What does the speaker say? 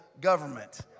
government